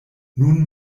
nun